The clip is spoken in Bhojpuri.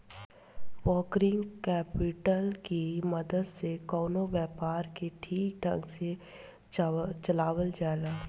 वर्किंग कैपिटल की मदद से कवनो व्यापार के ठीक ढंग से चलावल जाला